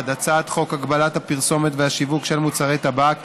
הצעת חוק הגבלת הפרסומת והשיווק של מוצרי טבק (תיקון,